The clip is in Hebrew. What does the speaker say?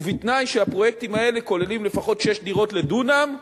ובתנאי שהפרויקטים האלו כוללים לפחות שש דירות לדונם,